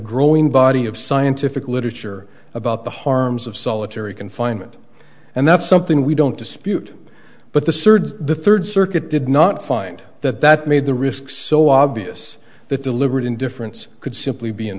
growing body of scientific literature about the harms of solitary confinement and that's something we don't dispute but the search the third circuit did not find that that made the risks so obvious that deliberate indifference could simply be in